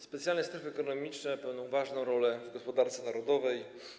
Specjalne strefy ekonomiczne odgrywają ważną rolę w gospodarce narodowej.